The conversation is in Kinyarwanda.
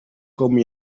com